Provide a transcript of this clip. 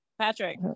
Patrick